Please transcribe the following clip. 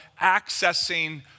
accessing